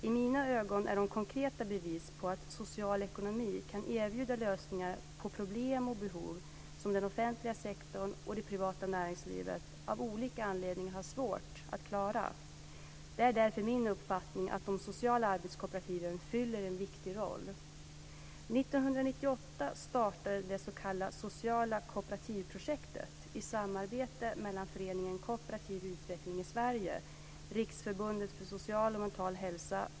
I mina ögon är de konkreta bevis på att social ekonomi kan erbjuda lösningar på problem och behov som den offentliga sektorn och det privata näringslivet av olika anledningar har svårt att klara. Det är därför min uppfattning att de sociala arbetskooperativen fyller en viktig roll. Schizofreni, IFS.